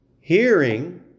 Hearing